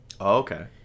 Okay